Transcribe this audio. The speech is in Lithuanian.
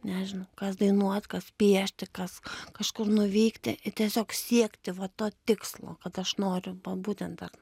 nežinau kas dainuot kas piešti kas kažkur nuvykti į tiesiog siekti va to tikslo kad aš noriu va būtent dar